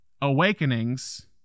awakenings